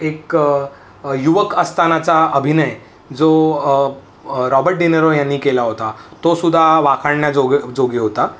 एक युवक असतानाचा अभिनय जो रॉबट डे नरो यांनी केला होता तो सुद्धा वाखाणण्याजोगे जोगे होता